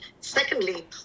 Secondly